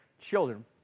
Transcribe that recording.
children